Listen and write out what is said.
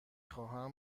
خواهم